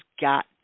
got